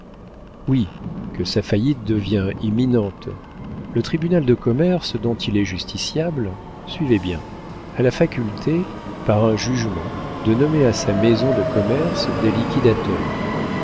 oui que sa faillite devient imminente le tribunal de commerce dont il est justiciable suivez bien a la faculté par un jugement de nommer à sa maison de commerce des